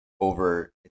over